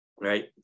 right